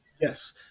Yes